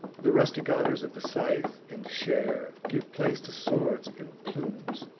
the rustic honors of the scythe and share give place to swords and plumes,